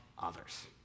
others